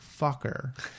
fucker